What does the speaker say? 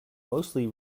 mostly